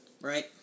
Right